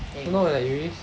so now like I erase